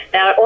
Now